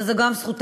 וזו גם זכותם,